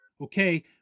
Okay